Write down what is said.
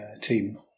team